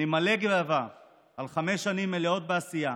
אני מלא גאווה על חמש שנים מלאות בעשייה